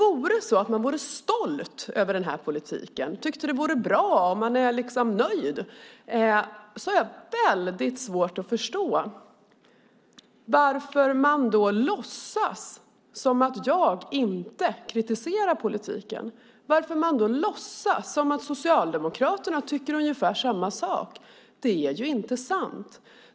Om man nu är stolt över den här politiken, tycker att den är bra och är nöjd, har jag väldigt svårt att förstå varför man låtsas som att jag inte kritiserar politiken. Varför låtsas man då som att Socialdemokraterna tycker ungefär samma sak? Det är inte sant.